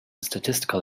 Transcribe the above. statistical